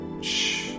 Shh